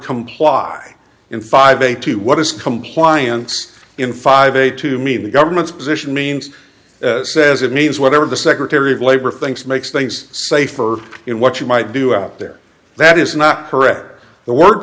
comply in five a to what is compliance in five a to me the government's position means says it means whatever the secretary of labor thinks makes things safer in what you might do out there that is not correct the wor